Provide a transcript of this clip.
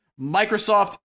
Microsoft